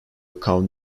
come